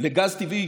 לגז טבעי